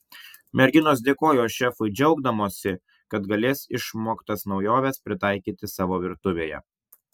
merginos dėkojo šefui džiaugdamosi kad galės išmoktas naujoves pritaikyti savo virtuvėje